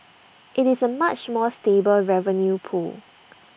IT is A much more stable revenue pool